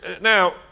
Now